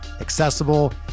accessible